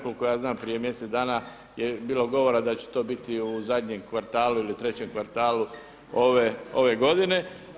Koliko ja znam prije mjesec dana je bilo govora da će to biti u zadnjem kvartalu ili trećem kvartalu ove godine.